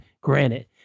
granted